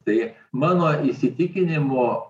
tai mano įsitikinimu